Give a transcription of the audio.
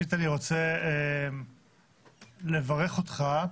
ראשית, אני רוצה לברך אותך.